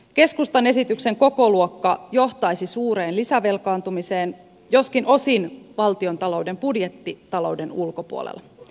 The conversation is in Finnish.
keskustan esityksen kokoluokka johtaisi suureen lisävelkaantumiseen joskin osin valtiontalouden budjettitalouden ulkopuolella